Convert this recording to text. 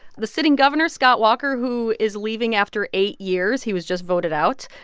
the sitting governor, scott walker, who is leaving after eight years he was just voted out.